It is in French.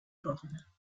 cornes